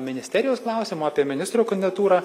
ministerijos klausimą apie ministro kandidatūrą